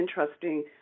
interesting